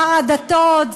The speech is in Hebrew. שר הדתות,